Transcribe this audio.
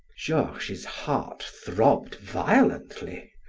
georges's heart throbbed violently,